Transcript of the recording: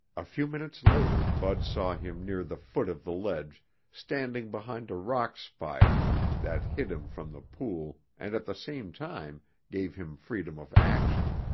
a few minutes later bud saw him near the foot of the ledge standing behind a rock spire that hid him from the pool and at the same time gave him freedom of action.